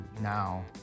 now